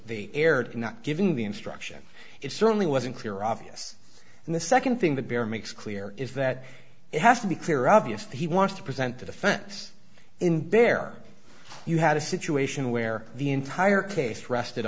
in not giving the instruction it certainly wasn't clear obvious and the second thing the bear makes clear is that it has to be clear obvious that he wants to present the defense in there you had a situation where the entire case rested